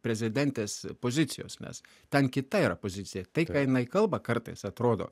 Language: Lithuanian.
prezidentės pozicijos nes ten kita yra pozicija tai ką jinai kalba kartais atrodo